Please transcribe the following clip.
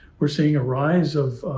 we're seeing a rise of